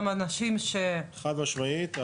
חד משמעית.